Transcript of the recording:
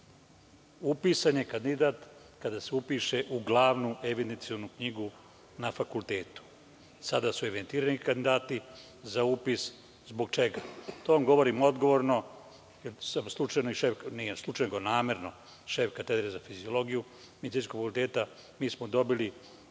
Upisan je kandidat kada se upiše u glavnu evidencionu knjigu na fakultetu. Sada su evidentirani kandidati za upis. Zbog čega? To vam govorim odgovorno, jer sam slučajno, odnosno nije slučajno, nego namerno šef Katedre za fiziologiju Medicinskog fakulteta. Mi smo dobili